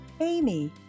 Amy